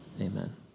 Amen